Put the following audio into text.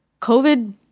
COVID